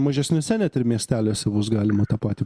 mažesniuose net ir miesteliuose bus galima tą patį